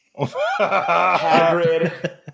Hagrid